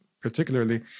particularly